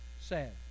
sad